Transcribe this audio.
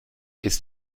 ist